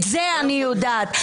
את זה אני יודעת.